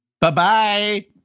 bye-bye